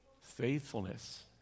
Faithfulness